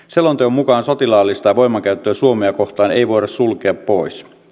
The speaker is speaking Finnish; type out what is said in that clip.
selonteon mukaan sotilaallista voimankäyttöä suomea kohtaan ei voida sulkea pois